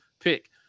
pick